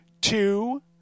two